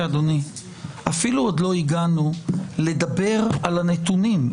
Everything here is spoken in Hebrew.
אפילו עוד לא הגענו לדבר על הנתונים.